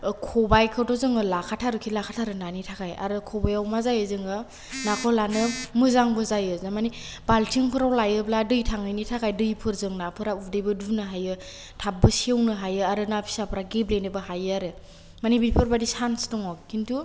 खबाइखौथ' जोङो लाखाथारो खि लाखाथारो नानि थाखाय आरो खबाइआव मा जायो जोङो नाखौ लानो मोजांबो जायो मानि बालथिंफोराव लायोब्ला दै थाङैनि थाखाय दैफोरजों नाफोरा उदैबो दुनो हायो थाबबो सेवनो हायो आरो ना फिसाफोरा गेब्लेनोबो हायो आरो मानि बेफोर बायदि सान्स दङ खिन्थु